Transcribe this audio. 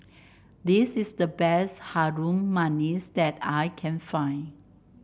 this is the best Harum Manis that I can find